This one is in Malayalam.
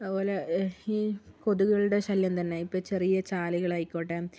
അതുപോലെ ഈ കൊതുകുകളുടെ ശല്യം തന്നെ ഇപ്പോൾ ചെറിയ ചാലുകളായിക്കോട്ടെ